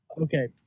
Okay